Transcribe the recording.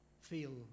feel